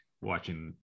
watching